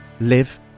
live